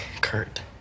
Kurt